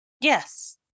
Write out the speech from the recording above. Yes